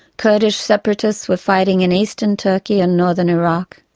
kurdish separatists were fighting in eastern turkey and northern iraq